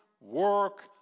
work